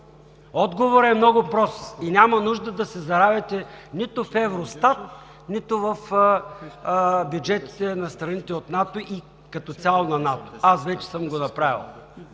Отговорът е много прост и няма нужда да се заравяте нито в Евростат, нито в бюджетите на страните от НАТО и като цяло на НАТО. Аз вече съм го направил.